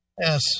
Yes